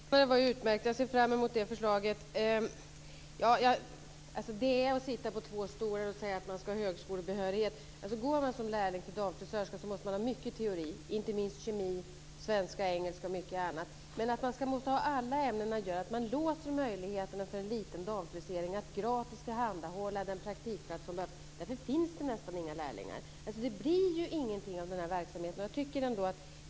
Fru talman! Det var utmärkt. Jag ser fram emot det förslaget. Det är att sitta på två stolar att säga att de här eleverna ska ha högskolebehörighet. Går man som lärling till damfrisörska måste man ha mycket teori, inte minst kemi, svenska, engelska och mycket annat. Men att man måste ha alla ämnen gör att man låser möjligheterna för en liten damfrisering att gratis tillhandahålla den praktikplats som behövs. Därför finns det nästan inga lärlingar. Det blir ju ingenting av den här verksamheten.